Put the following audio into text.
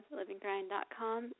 LivingGrind.com